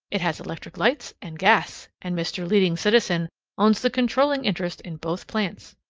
it has electric lights and gas, and mr. leading citizen owns the controlling interest in both plants.